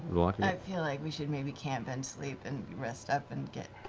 laura i feel like we should maybe camp and sleep and rest up and get